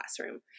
classroom